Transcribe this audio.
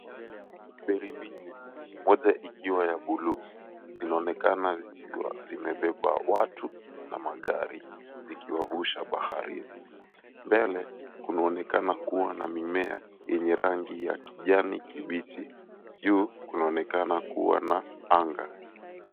Feri mbili, moja ikiwa ya buluu, inaonekana zikiwa zimebeba watu na magari zikiwavusha baharini. Mbele, kunaonekana kuwa na mimea yenye rangi ya kijani kibichi. Juu kunaonekana kuwa na anga.